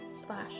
slash